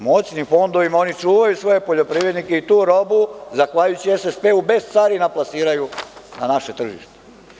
Moćnim fondovima oni čuvaju svoje poljoprivrednike i tu robu, zahvaljujući SSP-u, bez carina plasiraju na naše tržište.